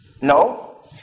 No